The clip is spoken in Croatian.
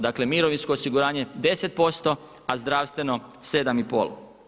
Dakle, mirovinsko osiguranje 10Ž%, a zdravstveno 7 i pol.